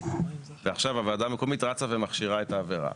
ועכשיו הוועדה המקומית רצה ומכשירה את העבירה.